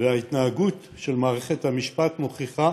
וההתנהגות של מערכת המשפט מוכיחה